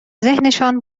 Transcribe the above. ذهنشان